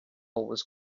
was